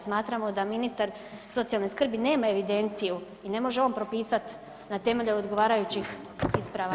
Smatramo da ministar socijalne skrbi nema evidenciju i ne može on propisat na temelju odgovarajućih isprava.